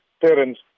parents